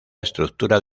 estructura